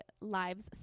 lives